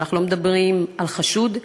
ואנחנו לא מדברים על חשוד,